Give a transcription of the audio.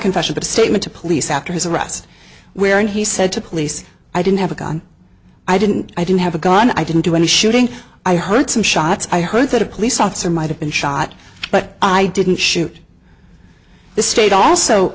confession the statement to police after his arrest where he said to police i didn't have a gun i didn't i didn't have a gun i didn't do any shooting i heard some shots i heard that a police officer might have been shot but i didn't shoot the state also